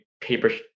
papers